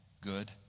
good